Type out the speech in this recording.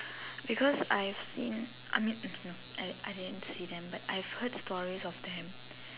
because I've seen I mean no I didn't see them but I've heard stories of them